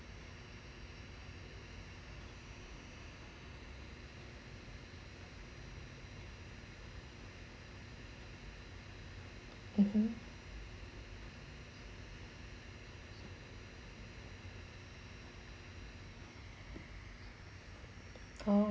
(uh huh) oh